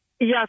Yes